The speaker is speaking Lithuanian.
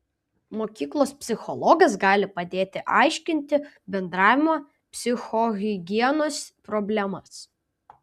mokyklos psichologas gali padėti aiškinti bendravimo psichohigienos problemas